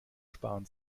sparen